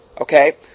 Okay